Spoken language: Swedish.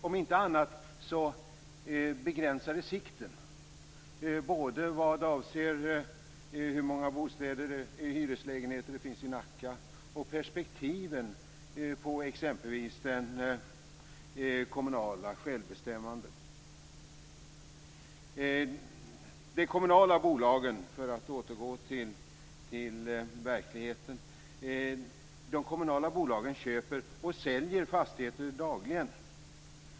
Om inte annat begränsar det sikten, både vad avser hur många hyreslägenheter det finns i Nacka och vad avser perspektiven på exempelvis det kommunala självbestämmandet. De kommunala bolagen, för att återgå till verkligheten, köper och säljer fastigheter dagligen.